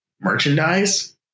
merchandise